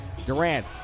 Durant